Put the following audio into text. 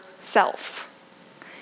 self